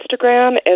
Instagram